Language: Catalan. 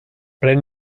pren